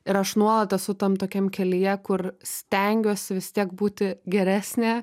ir aš nuolat esu tam tokiam kelyje kur stengiuosi vis tiek būti geresnė